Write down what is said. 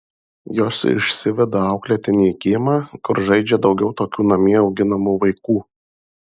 jos išsiveda auklėtinį į kiemą kur žaidžia daugiau tokių namie auginamų vaikų